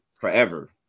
forever